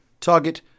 Target